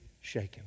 shaken